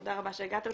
ותודה רבה שהגעת לפה,